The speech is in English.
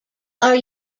are